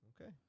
Okay